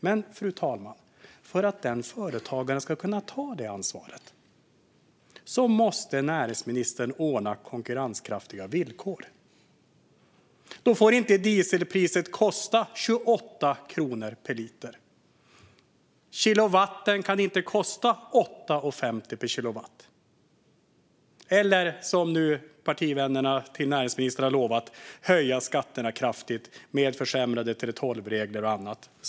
Men, fru talman, för att den företagaren ska kunna ta det ansvaret måste näringsministern ordna konkurrenskraftiga villkor. Då får inte dieselpriset vara 28 kronor per liter, och kilowattpriset kan inte vara 8,50. Då kan man heller inte, som näringsministerns partivänner nu har lovat, höja skatterna kraftigt och försämra 3:12-reglerna.